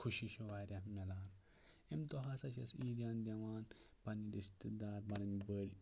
خوشی چھِ واریاہ میلان اَمہِ دۄہ ہَسا چھِ أسۍ عیٖدیان دِوان پَنٕنۍ رِشتہٕ دار پَنٕنۍ بٔڈۍ